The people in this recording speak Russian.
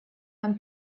нам